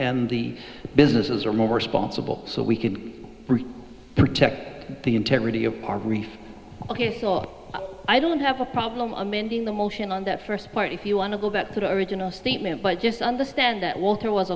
and the businesses are more sponsible so we can protect the integrity of our reef ok i don't have a problem amending the motion on that first part if you want to go back to the original statement but just understand that water was